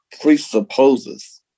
presupposes